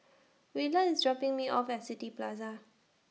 Willard IS dropping Me off At City Plaza